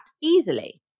easily